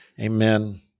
amen